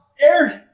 Eric